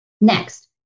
Next